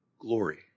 glory